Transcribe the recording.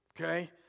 okay